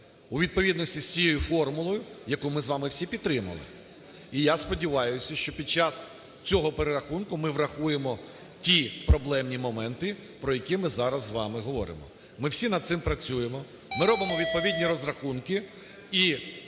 у відповідності з цією формулою, яку ми з вами всі підтримали. І я сподіваюся, що під час цього перерахунку, ми врахуємо ті проблемні моменти, про які ми зараз з вами говоримо. Ми всі над цим працюємо, ми робимо відповідні розрахунки